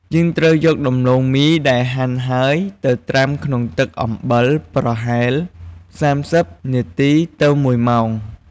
យើងត្រូវយកដំឡូងមីដែលហាន់ហើយ ទៅត្រាំក្នុងទឹកអំបិលប្រហែល ៣០ នាទីទៅ ១ ម៉ោង។